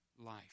life